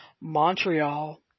Montreal